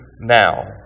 now